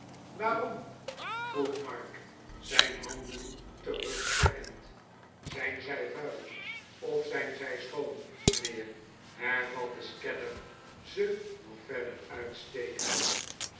waarom vroeg mark zijn handen terugtrekkend zijn zij vuil of zijn zij schoon mijnheer hervatte scadder ze nog verder uitstekend